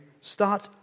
Start